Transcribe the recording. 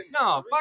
No